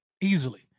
easily